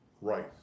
right